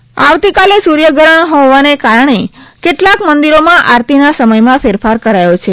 સૂર્યગ્રહણ આવતીકાલે સૂર્યગ્રહણ હોવાના કારણે કેટલાક મંદિરોમાં આરતીના સમયમાં ફેરફાર કરાયો છે